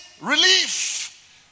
relief